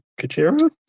Kachira